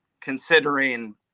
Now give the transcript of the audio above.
considering